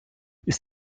ist